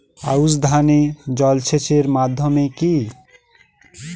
আউশ ধান এ জলসেচের মাধ্যম কি?